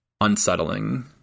unsettling